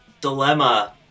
dilemma